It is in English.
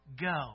go